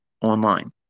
online